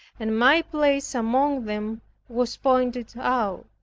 and my place among them was pointed out.